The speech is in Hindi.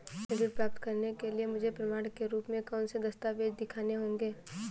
ऋण प्राप्त करने के लिए मुझे प्रमाण के रूप में कौन से दस्तावेज़ दिखाने होंगे?